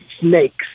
snakes